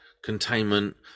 Containment